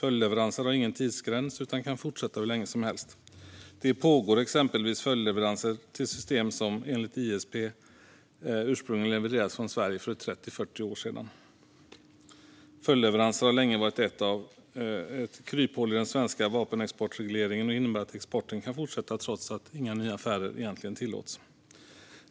Följdleveranser har ingen tidsgräns utan kan fortsätta hur länge som helst. Det pågår exempelvis följdleveranser till system som enligt ISP ursprungligen levererades från Sverige för 30-40 år sedan. Följdleveranser har länge varit ett kryphål i den svenska vapenexportregleringen och innebär att exporten kan fortsätta trots att inga nya affärer egentligen tillåts.